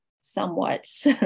somewhat